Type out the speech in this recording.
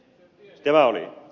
se tämä oli